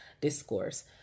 discourse